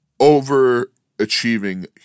overachieving